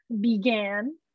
began